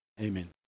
amen